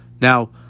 Now